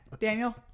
Daniel